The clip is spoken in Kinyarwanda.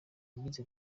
yagize